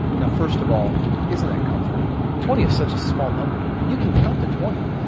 now, first of all isn't that comforting? twenty is such a small number. i mean you can count to twenty.